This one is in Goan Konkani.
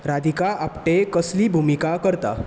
राधिका आपटे कसली भूमिका करता